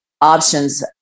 options